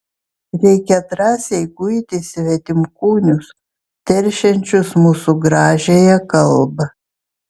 reikia drąsiai guiti svetimkūnius teršiančius mūsų gražiąją kalbą